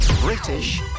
British